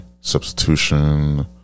Substitution